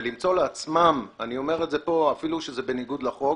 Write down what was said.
ולמצוא לעצמם ואני אומר את זה פה אפילו שזה בניגוד לחוק